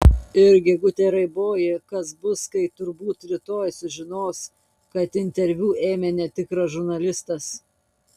ir gegute raiboji kas bus kai turbūt rytoj sužinos kad interviu ėmė netikras žurnalistas